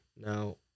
Now